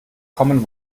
common